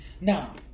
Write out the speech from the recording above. Now